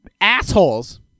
assholes